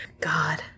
God